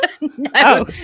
No